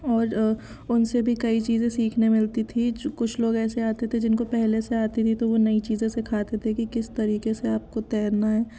और उनसे भी कई चीज़ें सिखने मिलती थी जो कुछ लोग ऐसे आते थे जिनको पहले से आती थी वो नयी चीज़ें सिखाते थे कि किस तरीके से आपको तैरना है